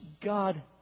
God